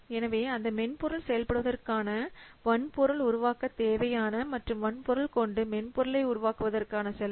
எனவே அந்த மென்பொருள் செயல்படுவதற்கான வன்பொருள் உருவாக்கத் தேவையான மற்றும் வன்பொருள் கொண்டு மென்பொருளை உருவாக்குவதற்கான செலவு